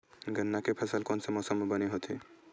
गन्ना के फसल कोन से मौसम म बने होथे?